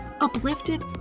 uplifted